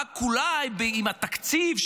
רק אולי עם התקציב,